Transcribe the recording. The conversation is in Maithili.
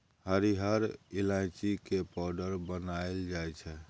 हरिहर ईलाइची के पाउडर बनाएल जाइ छै